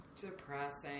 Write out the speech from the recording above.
depressing